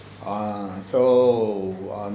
ah so um